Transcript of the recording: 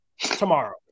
tomorrow